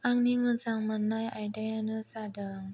आंनि मोजां मोननाय आयदायानो जादों